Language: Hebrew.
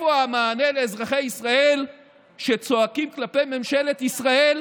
איפה המענה לאזרחי ישראל שצועקים כלפי ממשלת ישראל: